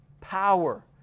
power